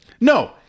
No